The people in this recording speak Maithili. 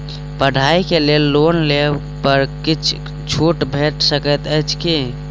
पढ़ाई केँ लेल लोन लेबऽ पर किछ छुट भैट सकैत अछि की?